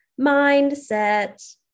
mindset